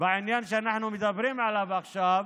בעניין שאנחנו מדברים עליו עכשיו